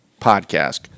podcast